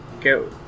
go